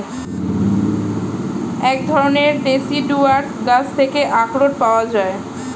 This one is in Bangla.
এক ধরণের ডেসিডুয়াস গাছ থেকে আখরোট পাওয়া যায়